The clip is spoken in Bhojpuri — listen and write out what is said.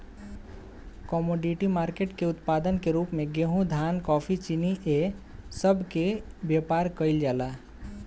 कमोडिटी मार्केट के उत्पाद के रूप में गेहूं धान कॉफी चीनी ए सब के व्यापार केइल जाला